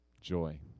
joy